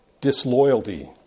disloyalty